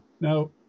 now